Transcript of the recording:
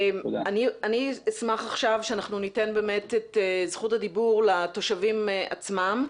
אני אשמח לתת את זכות הדיבור לתושבים עצמם.